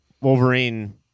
Wolverine